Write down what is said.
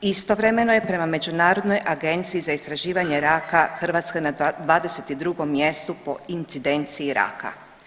Istovremeno je prema Međunarodnoj agenciji za istraživanje raka Hrvatska na 22 mjestu po incidenciji raka.